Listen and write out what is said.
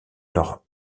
leur